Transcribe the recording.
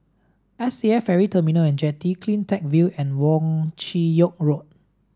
S A F Ferry Terminal and Jetty CleanTech View and Wong Chin Yoke Road